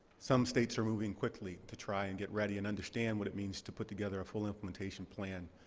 some states are moving quickly to try and get ready and understand what it means to put together a full implementation plan,